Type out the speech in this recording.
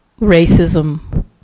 racism